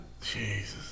Jesus